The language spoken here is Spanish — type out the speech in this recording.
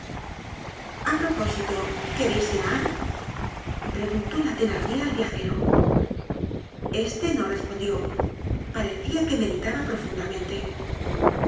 a propósito quereis cenar preguntó la thenardier al viajero este no respondió parecia que meditaba profundamente